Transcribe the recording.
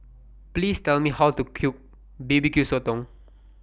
Please Tell Me How to Cook B B Q Sotong